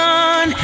on